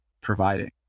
providing